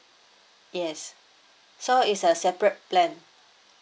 yes so it's a separate plan